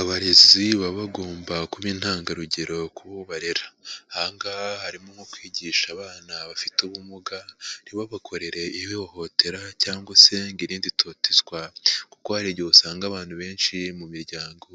Abarezi baba bagomba kuba intangarugero ku bo barera, aha ngaha harimo nko kwigisha abana abafite ubumuga ntibababakorere ihohotera cyangwa se ngo irindi totezwa kuko hari igihe usanga abantu benshi mu miryango